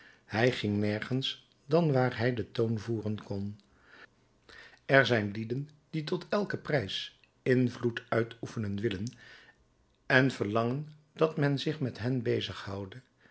hij ging nergens dan waar hij den toon voeren kon er zijn lieden die tot elken prijs invloed uitoefenen willen en verlangen dat men zich met hen